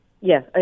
Yes